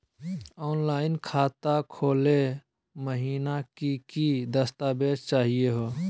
Online खाता खोलै महिना की की दस्तावेज चाहीयो हो?